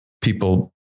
people